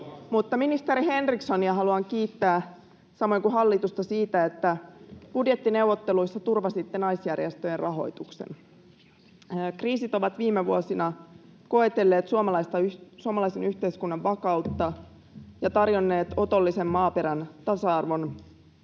ministeri Henrikssonia haluan kiittää samoin kuin hallitusta siitä, että budjettineuvotteluissa turvasitte naisjärjestöjen rahoituksen. Kriisit ovat viime vuosina koetelleet suomalaisen yhteiskunnan vakautta ja tarjonneet otollisen maaperän tasa-arvon